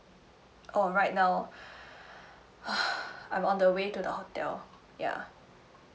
oh right now I'm on the way to the hotel ya